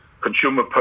consumer